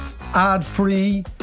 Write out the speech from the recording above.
ad-free